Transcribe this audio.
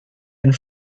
and